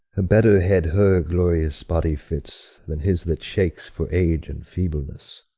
a better head her glorious body fits than his that shakes for age and feebleness.